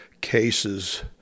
cases